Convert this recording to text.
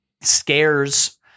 scares